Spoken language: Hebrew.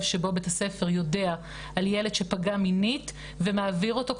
שבו בית ספר יודע על ילד שפגע מינית ומעביר אותו,